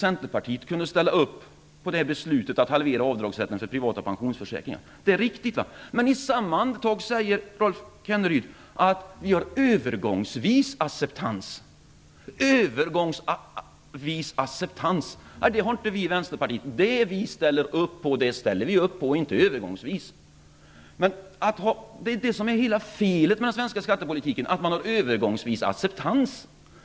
Centerpartiet kunde ställa upp på beslutet om att halvera avdragsrätten för privata pensionsförsäkringar. Det är riktigt. Men i samma andetag säger Rolf Kenneryd att man har en övergångsvis acceptans. Det har inte vi i Vänsterpartiet! Det vi ställer upp på, ställer vi upp på, och inte övergångsvis. Det är hela felet med den svenska skattepolitiken, att man har en övergångsvis acceptans.